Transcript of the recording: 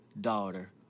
daughter